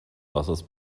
wassers